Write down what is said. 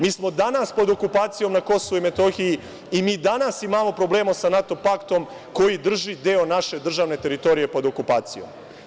Mi smo danas pod okupacijom na Kosovu i Metohiji i mi danas imamo problema sa NATO paktom koji drži deo naše državne teritorije pod okupacijom.